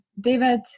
David